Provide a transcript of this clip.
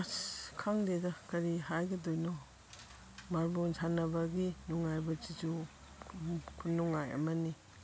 ꯑꯁ ꯈꯪꯗꯦꯗ ꯀꯔꯤ ꯍꯥꯏꯒꯗꯣꯏꯅꯣ ꯃꯥꯔꯕꯣꯜ ꯁꯥꯟꯅꯕꯒꯤ ꯅꯨꯡꯉꯥꯏꯕꯁꯤꯁꯨ ꯈꯨꯅꯨꯡꯉꯥꯏ ꯑꯃꯅꯤ